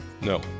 no